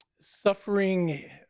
suffering